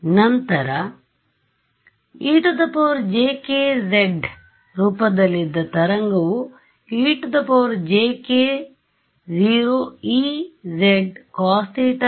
ನಂತರ ejkz z ರೂಪದಲ್ಲಿದ್ದ ತರಂಗವು ejk0ez cos θ z